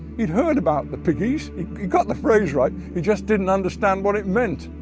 he'd heard about the piggies, he'd got the phrase right, he just didn't understand what it meant.